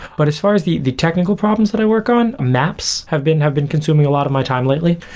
but as far as the the technical problems that i work on, maps have been have been consuming a lot of my time lately.